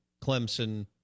Clemson